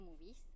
movies